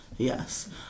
Yes